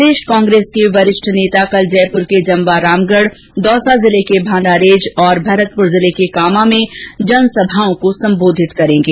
प्रदेष कांग्रेस के वरिष्ठ नेता कल जयप्र के जमवारामगढ़ में दौसा जिले के भाण्डारेज में तथा भरतपुर जिले के कामां में जनसभाओं को संबोधित करेंगे